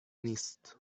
نیست